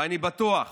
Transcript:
ואני בטוח